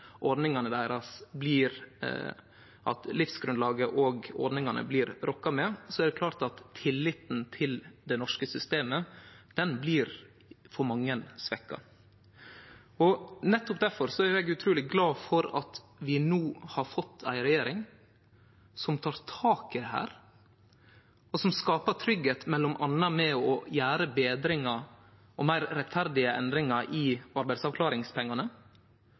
ordningane blir rokka ved, og då er det klart at tilliten til det norske systemet blir svekt for mange. Nettopp difor er eg utruleg glad for at vi no har fått ei regjering som tek tak i dette, og som skaper tryggleik m.a. ved å gjere betringar og meir rettferdige endringar i arbeidsavklaringspengane